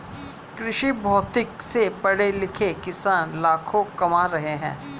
कृषिभौतिकी से पढ़े लिखे किसान लाखों कमा रहे हैं